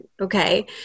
Okay